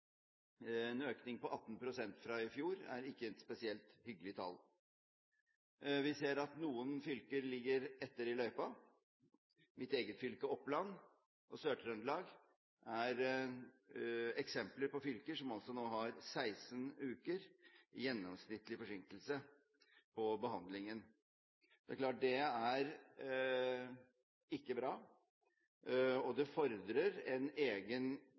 En økning på 18 pst. fra i fjor er ikke et spesielt hyggelig tall. Vi ser at noen fylker ligger etter i løypa. Mitt eget fylke, Oppland, og Sør-Trøndelag er eksempler på fylker som nå har 16 ukers gjennomsnittlig forsinkelse på behandlingen. Det er ikke bra, og det fordrer en egen,